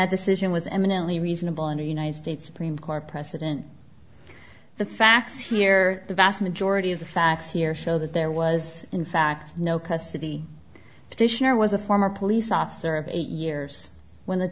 that decision was eminently reasonable and a united states supreme court precedent the facts here the vast majority of the facts here show that there was in fact no custody petitioner was a former police officer of eight years when the